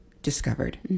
discovered